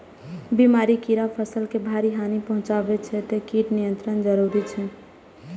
बीमारी, कीड़ा फसल के भारी हानि पहुंचाबै छै, तें कीट नियंत्रण जरूरी छै